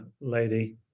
lady